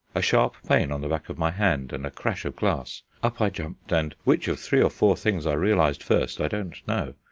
a sharp pain on the back of my hand, and a crash of glass! up i jumped, and which of three or four things i realized first i don't know